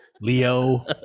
Leo